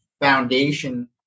foundation